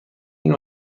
این